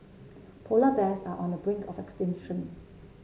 polar bears are on the brink of extinction